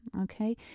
Okay